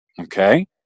Okay